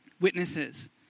Witnesses